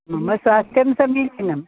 मम स्वास्थ्यं समीचीनम्